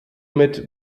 mit